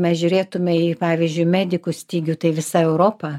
mes žiūrėtume į pavyzdžiui medikų stygių tai visa europa